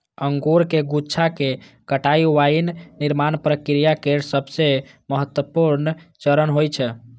अंगूरक गुच्छाक कटाइ वाइन निर्माण प्रक्रिया केर सबसं महत्वपूर्ण चरण होइ छै